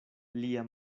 lia